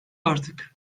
artık